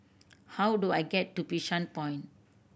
how do I get to Bishan Point